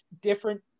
different